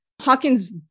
Hawkins